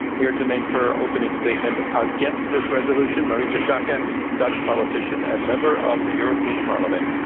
here to make her opening statement against this resolution, marietje schaake, ah dutch politician and member of the european parliament.